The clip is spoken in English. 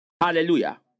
Hallelujah